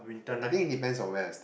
I think it depends on West